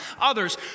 others